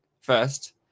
first